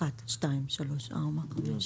מי בעד?